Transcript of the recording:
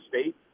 State